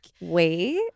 wait